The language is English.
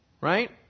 right